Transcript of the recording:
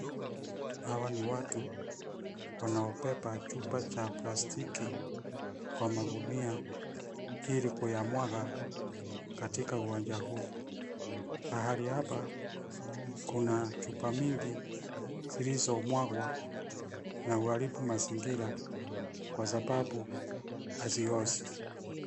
Hawa ni watu wanaobeba chupa cha plastiki kwa magunia ili kuyamwaga katika uwanja huu. Pahali hapa kuna chupa mingi zilizomwagwa na huharibu mazingira kwa sababu haziozi.